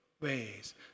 ways